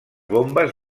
bombes